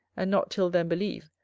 and not till then believe,